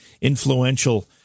influential